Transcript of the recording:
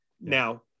now